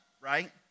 right